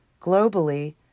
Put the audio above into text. Globally